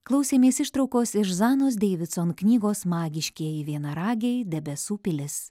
klausėmės ištraukos iš zanos deividson knygos magiškieji vienaragiai debesų pilis